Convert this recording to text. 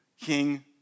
King